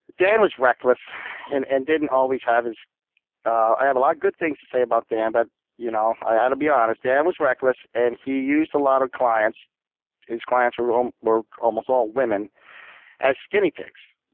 dan was reckless and and didn't always have his i have a lot of good things to say about dan, but you know i've got ah to be honest. dan was reckless, and he used a lot of clients his clients were um were almost all women as guinea pigs,